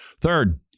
Third